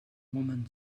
woman